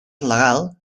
legal